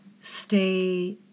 Stay